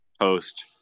host